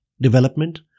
development